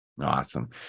Awesome